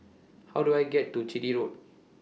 How Do I get to Chitty Road